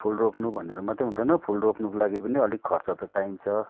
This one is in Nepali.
फुल रोप्नु भनेर मात्तै हुदैन फूल रोप्नुको लागिम् अलिक खर्च त चाँहिन्छ